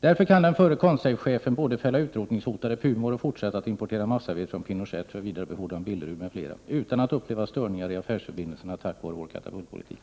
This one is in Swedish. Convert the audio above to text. Därför kan den förre Consafechefen både fälla utrontingshotade pumor och fortsätta att importera massaved från Pinochet för vidare befordran till Billerud, m.fl. — utan att uppleva störningar i affärsförbindelserna, tack vare vår katapultpolitik.